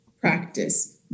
practice